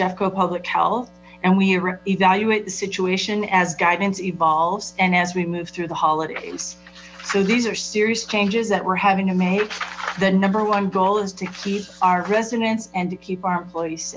jfk public health and we evaluate the situation as guidance evolves and as we move through the holidays so these are serious changes that we're having to make the number one goal is to keep our resident and to keep our